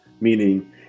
Meaning